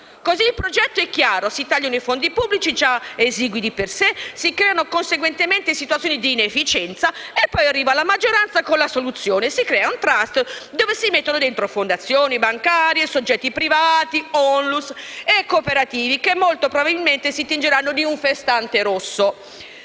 Così il progetto è chiaro. Si tagliano i fondi pubblici già esigui di per sé, si creano conseguentemente situazioni di inefficienza e poi arriva la maggioranza con la soluzione: si crea un *trust* dove si mettono dentro fondazioni bancarie e soggetti privati, ONLUS e cooperative, che molto probabilmente si tingeranno di un festante rosso.